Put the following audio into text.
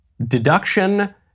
deduction